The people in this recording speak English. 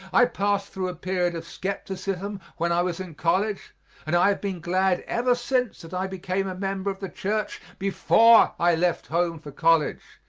i passed through a period of skepticism when i was in college and i have been glad ever since that i became a member of the church before i left home for college,